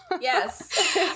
Yes